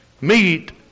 meet